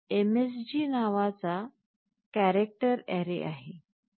एक msg नावाचा character array आहे